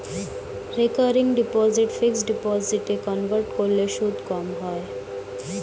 recurring deposit fixed ডিপোজিটে convert করলে সুদ কম হয়